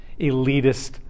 elitist